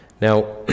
Now